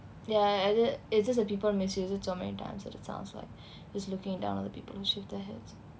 ya as in it's just that people misuse it so many times that it sounds like it's looking down on the people who shave their heads